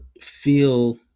feel